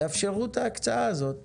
תאפשרו את ההקצאה הזאת.